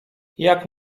jak